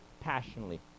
passionately